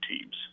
teams